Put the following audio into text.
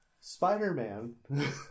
Spider-Man